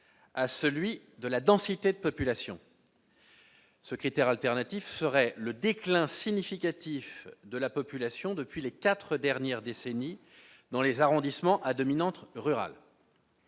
à celui de la densité de population secrétaire alternatif serait le déclin significatif de la population depuis les 4 dernières décennies dans les arrondissements à dominante rurale,